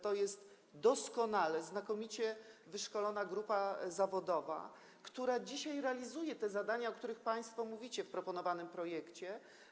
To jest doskonale, znakomicie wyszkolona grupa zawodowa, która dzisiaj realizuje te zadania, o których państwo mówicie w proponowanym projekcie.